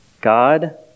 God